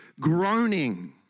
groaning